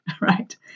right